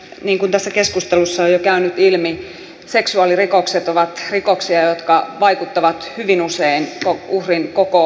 niin kuin tässä keskustelussa on jo käynyt ilmi seksuaalirikokset ovat rikoksia jotka vaikuttavat hyvin usein uhrin koko loppuelämään